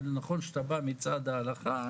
ונכון שאתה בא מצד ההלכה,